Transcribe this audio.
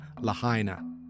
Lahaina